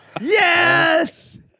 Yes